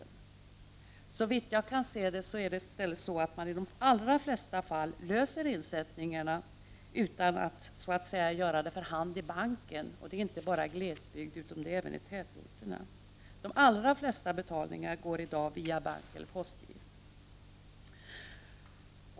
Såvitt jag kan se, kan man i de allra flesta fall lösa detta med insättning utan att behöva göra det direkt i en bank. Detta gäller inte bara i glesbygden utan även i tätorterna. De allra flesta betalningar går i dag via bankeller postgiro.